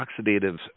oxidative